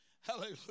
hallelujah